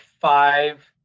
five